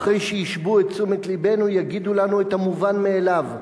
ואחרי שישבו את תשומת לבנו יגידו לנו את המובן מאליו: